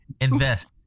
invest